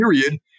period